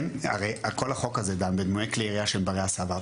הרי כל החוק הזה דן בדמויי כלי ירייה שהם בני הסבה.